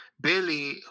Billy